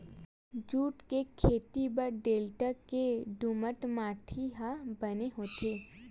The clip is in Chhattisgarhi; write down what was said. जूट के खेती बर डेल्टा के दुमट माटी ह बने होथे